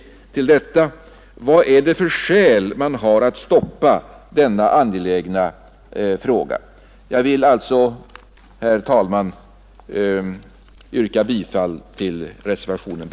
Vad har man för skäl att stoppa denna angelägna fråga? Jag vill alltså, herr talman, yrka bifall till reservationen B.